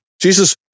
Jesus